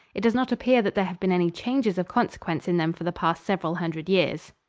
it does not appear that there have been any changes of consequence in them for the past several hundred years.